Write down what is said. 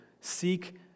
seek